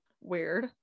weird